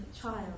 child